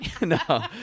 No